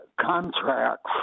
contracts